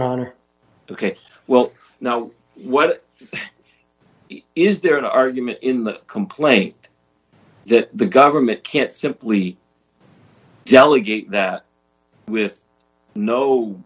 on ok well now what is there an argument in the complaint that the government can't simply delegate that with no